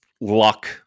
luck